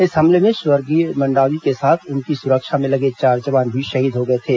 इस हमले में स्वर्गीय मंडावी के साथ उनकी सुरक्षा में लगे चार जवान भी शहीद हो गए थे